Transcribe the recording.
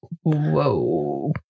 Whoa